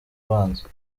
ubanza